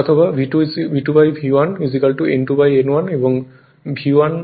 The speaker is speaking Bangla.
অথবা V2V1 N2N1 এবং V1